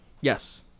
Yes